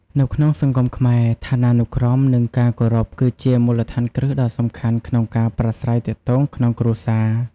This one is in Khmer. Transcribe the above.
នៅក្នុងសង្គមខ្មែរ ឋានានុក្រម និងការគោរព គឺជាមូលដ្ឋានគ្រឹះដ៏សំខាន់ក្នុងការប្រាស្រ័យទាក់ទងក្នុងគ្រួសារ។